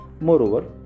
Moreover